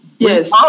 Yes